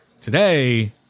today